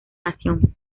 nación